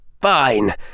Fine